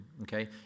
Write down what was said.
okay